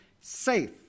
safe